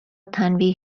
تنبیه